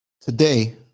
Today